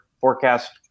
forecast